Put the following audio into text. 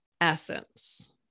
essence